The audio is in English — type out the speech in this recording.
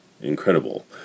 incredible